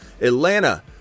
Atlanta